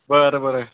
बरं बरं